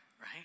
right